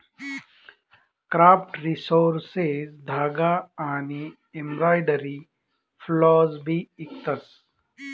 craft resources धागा आनी embroidery floss भी इकतस